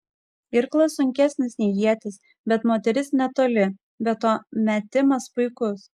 irklas sunkesnis nei ietis bet moteris netoli be to metimas puikus